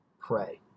pray